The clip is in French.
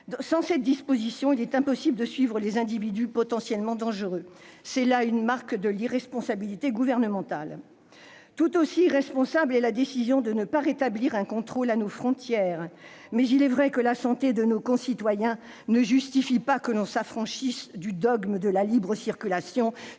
Sans cette disposition, il est impossible de suivre les individus potentiellement dangereux. C'est là une marque de l'irresponsabilité gouvernementale. Tout aussi irresponsable est la décision de ne pas rétablir un contrôle à nos frontières, mais il est vrai que la santé de nos concitoyens ne justifie pas que l'on s'affranchisse du dogme de la libre circulation,